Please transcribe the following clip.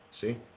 see